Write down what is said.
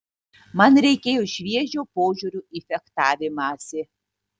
man reikėjo šviežio požiūrio į fechtavimąsi